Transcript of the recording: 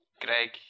Greg